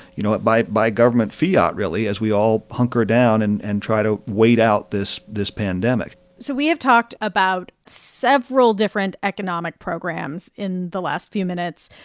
you know, but by by government fiat, really, as we all hunker down and and try to wait out this this pandemic so we have talked about several different economic programs in the last few minutes.